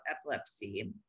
epilepsy